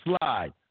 slide